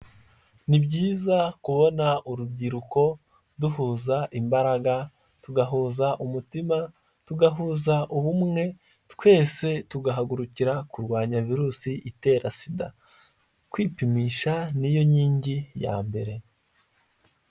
Ni byiza kubona urubyiruko duhuza imbaraga, tugahuza umutima, tugahuza ubumwe, twese tugahagurukira kurwanya virusi itera sida, kwipimisha niyo nkingi ya mbere.